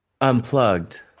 unplugged